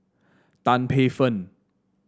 Tan Paey Fern